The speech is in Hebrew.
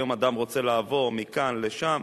היום אדם רוצה לעבור מכאן לשם,